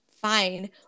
fine